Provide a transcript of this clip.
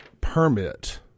permit –